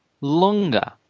longer